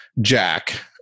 Jack